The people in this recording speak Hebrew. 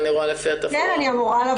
אני אמורה לבוא.